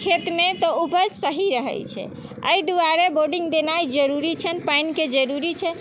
खेतमे तऽ उपज सही रहैत छै एहि दुआरे बोर्डिङ्ग देनाइ जरूरी छनि पानिके जरूरी छै